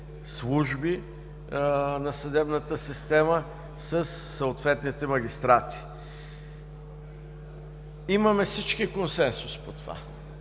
служби на съдебната система със съответните магистрати. Всички имаме консенсус по това.